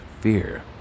fear